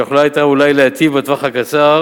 שיכולה היתה אולי להיטיב בטווח הקצר